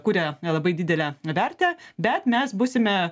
kuria labai didelę vertę bet mes būsime